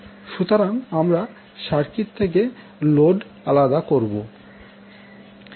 সুতরাং প্রথমে আমরা সার্কিট থেকে লোড আলাদা করবো